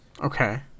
Okay